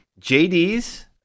JD's